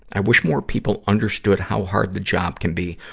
i wish more people understood how hard the job can be,